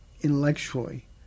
intellectually